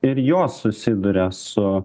ir jos susiduria su